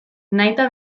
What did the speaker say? nahita